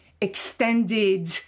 extended